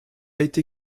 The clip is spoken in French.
été